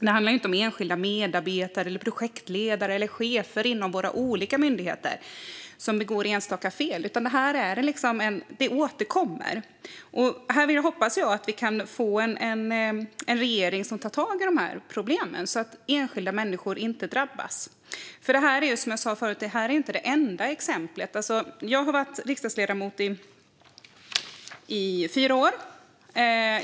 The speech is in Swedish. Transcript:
Det handlar inte om att enskilda medarbetare, projektledare eller chefer inom våra olika myndigheter begår enstaka fel, utan det här återkommer. Jag hoppas att vi kan få en regering som tar tag i de här problemen, så att enskilda människor inte drabbas. Som jag sa förut är det här inte det enda exemplet. Jag har varit riksdagsledamot i fyra år.